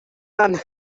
none